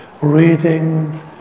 reading